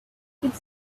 could